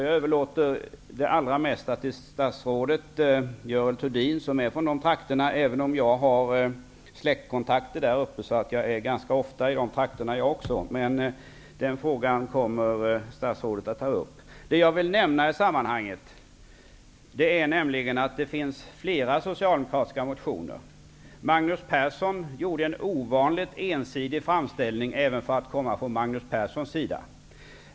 Jag överlåter det allra mesta till statsrådet Görel Thurdin, som är från dessa trakter. Även jag har släktkontakter där uppe, och jag är ganska ofta där. Statsrådet kommer att närmare behandla frågan. Jag vill i sammanhanget nämna att det finns flera socialdemokratiska motioner. Magnus Persson gjorde en ovanligt ensidig framställning -- även för att komma från Magnus Persson.